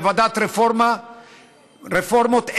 בוועדת הרפורמות,